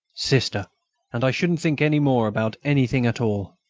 sister and i shouldn't think any more about anything at all.